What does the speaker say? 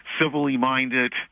civilly-minded